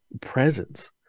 presence